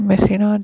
মেচিনত